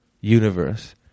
universe